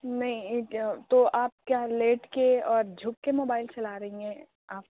نہیں تو آپ کیا لیٹ کے اور جُھک کے موبائل چلا رہی ہیں آپ